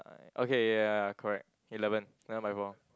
okay ya ya correct eleven where am I wrong